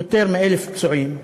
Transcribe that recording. יותר מ-1,000 פצועים,